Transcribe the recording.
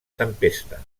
tempesta